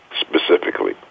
Specifically